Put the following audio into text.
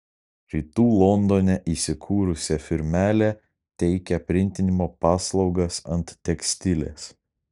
rytų londone įsikūrusi firmelė teikia printinimo paslaugas ant tekstiles